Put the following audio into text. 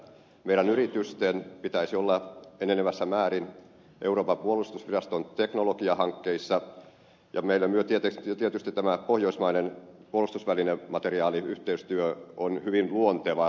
meidän yritystemme pitäisi olla enenevässä määrin euroopan puo lustusviraston teknologiahankkeissa ja meille tietysti tämä pohjoismainen puolustusväline ja materiaaliyhteistyö on hyvin luontevaa